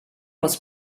was